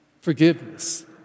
forgiveness